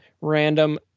random